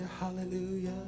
hallelujah